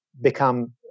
become